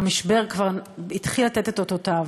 המשבר כבר התחיל לתת את אותותיו,